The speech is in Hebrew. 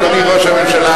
אדוני ראש הממשלה,